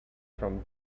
from